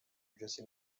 کسی